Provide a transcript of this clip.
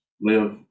live